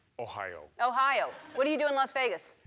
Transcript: ohio. ohio. what do you do in las vegas?